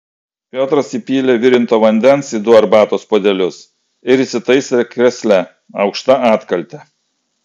piotras įpylė virinto vandens į du arbatos puodelius ir įsitaisė krėsle aukšta atkalte